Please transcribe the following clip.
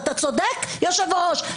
אתה צודק, היושב-ראש.